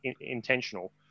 intentional